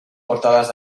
portadas